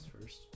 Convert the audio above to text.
first